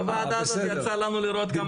בוועדה הזאת יצא לנו לראות כמה דיונים.